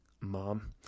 mom